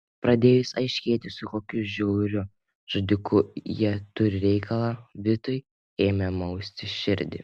pradėjus aiškėti su kokiu žiauriu žudiku jie turi reikalą vitui ėmė mausti širdį